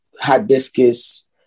hibiscus